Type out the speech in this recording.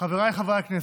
חבריי חברי הכנסת,